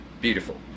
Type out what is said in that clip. Beautiful